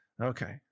Okay